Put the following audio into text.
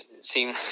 seem